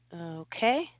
Okay